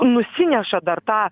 nusineša dar tą